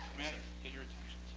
may i get your attention?